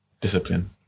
Discipline